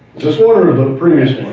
this one or the previous